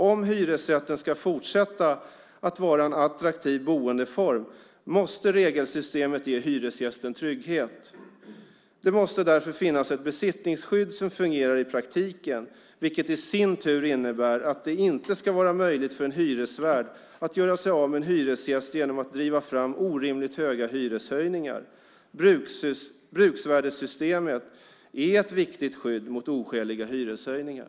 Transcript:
Om hyresrätten ska fortsätta att vara en attraktiv boendeform måste regelsystemet ge hyresgästen trygghet. Det måste därför finnas ett besittningsskydd som fungerar i praktiken, vilket i sin tur innebär att det inte ska vara möjligt för en hyresvärd att göra sig av med en hyresgäst genom att driva fram orimligt höga hyreshöjningar. Bruksvärdessystemet är ett viktigt skydd mot oskäliga hyreshöjningar.